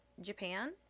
japan